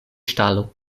ŝtalo